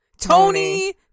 Tony